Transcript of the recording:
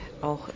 auch